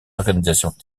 organisations